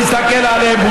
תסתכל עליהן.